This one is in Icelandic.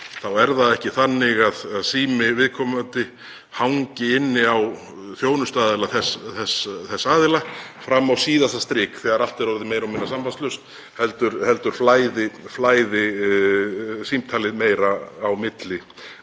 Þá er það ekki þannig að sími viðkomandi hangi inni á þjónustuaðila þess fram á síðasta strik þegar allt er orðið meira og minna sambandslaust heldur flæði símtalið meira á milli